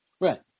Right